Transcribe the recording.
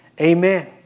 Amen